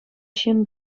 ҫын